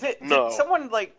No